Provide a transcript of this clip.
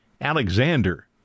Alexander